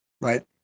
right